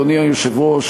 אדוני היושב-ראש,